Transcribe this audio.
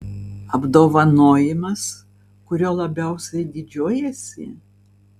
apdovanojimas kuriuo labiausiai didžiuojiesi